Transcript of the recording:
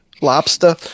lobster